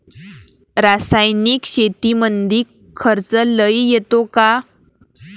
रासायनिक शेतीमंदी खर्च लई येतो का?